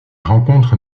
rencontre